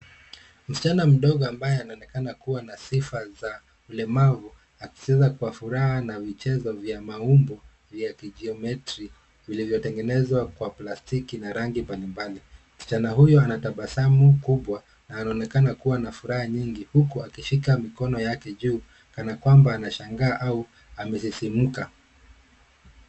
Msichana mdogo ambaye anaonekana kuwa na sifa za ulemavu akicheza kwa furaha na vichezo vya maumbo vya kijiometri vilivyotengenezwa kwa plastiki na rangi mbalimbali. Msichana huyu anatabasamu kubwa na anaonekana kuwa na furaha nyingi huku akishika mikono yake juu kana kwamba anashangaa au amesisimuka.